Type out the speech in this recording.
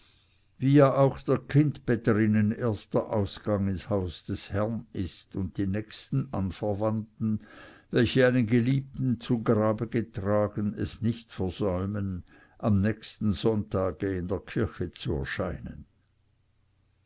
wie ja auch der kindbetterinnen erster ausgang ins haus des herrn ist und die nächsten anverwandten welche einen geliebten zu grabe getragen es nicht versäumen am nächsten sonntage in der kirche zu erscheinen